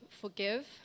forgive